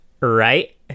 right